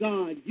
God